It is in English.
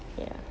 ya